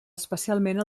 especialment